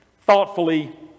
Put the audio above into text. thoughtfully